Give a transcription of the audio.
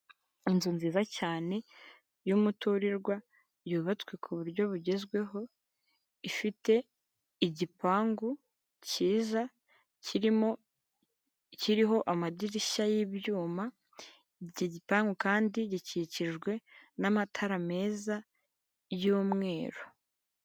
Inzu nziza cyane y'umuturirwa yubatswe ku buryo bugezweho, ifite igipangu cyiza kiriho amadirishya y'ibyuma, icyo gipangu kandi gikikijwe n'amatara meza y'umweru.